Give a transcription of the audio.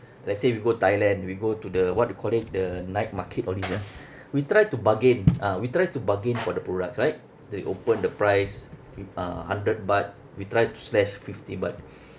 let's say if we go thailand we go to the what do you call that the night market only ah we try to bargain ah we try to bargain for the products right they open the price fif~ uh hundred baht we try to slash fifty baht